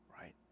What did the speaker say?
right